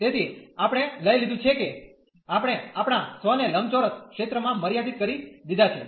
તેથી આપણે લઈ લીધું છે કે આપણે આપણા સ્વને લંબચોરસ ક્ષેત્રમાં મર્યાદિત કરી દીધા છે